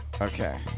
Okay